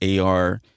AR